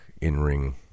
in-ring